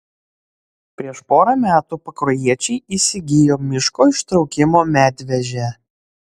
prieš pora metų pakruojiečiai įsigijo miško ištraukimo medvežę